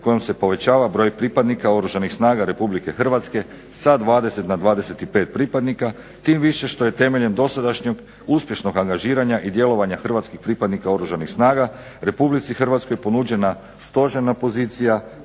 kojom se povećava broj pripadnika Oružanih snaga Republike Hrvatske sa 20 na 25 pripadnika tim više što je temeljem dosadašnjeg uspješnog angažiranja i djelovanja hrvatskih pripadnika Oružanih snaga Republici Hrvatskoj ponuđena stožerna pozicija